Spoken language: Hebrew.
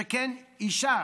שכן אישה